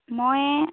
মই